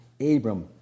Abram